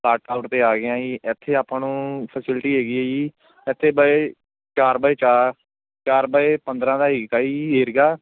ਕੱਟ ਆਊਟ 'ਤੇ ਆ ਗਏ ਹਾਂ ਜੀ ਇੱਥੇ ਆਪਾਂ ਨੂੰ ਫੈਸਲਿਟੀ ਹੈਗੀ ਹੈ ਜੀ ਇੱਥੇ ਬਾਏ ਚਾਰ ਬਾਏ ਚਾਰ ਚਾਰ ਬਾਏ ਪੰਦਰਾਂ ਦਾ ਈਕ ਆ ਜੀ ਏਰੀਆ